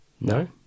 No